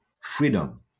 freedom